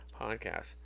podcast